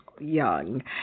young